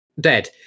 dead